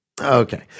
Okay